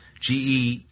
GE